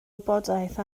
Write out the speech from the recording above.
wybodaeth